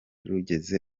rugeze